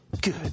Good